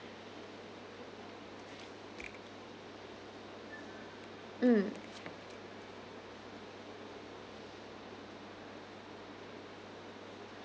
mm